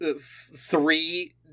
three